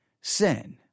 sin